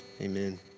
Amen